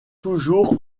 toujours